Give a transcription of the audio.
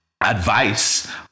advice